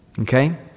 okay